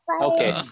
Okay